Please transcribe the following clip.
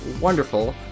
wonderful